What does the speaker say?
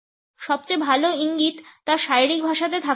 সবচেয়ে ভালো ইঙ্গিত তার শারীরিক ভাষাতে থাকতে পারে